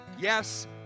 Yes